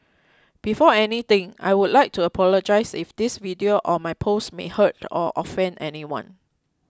before anything I would like to apologise if this video or my post may hurt or offend anyone